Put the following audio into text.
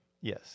Yes